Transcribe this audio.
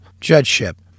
judgeship